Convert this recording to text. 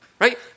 right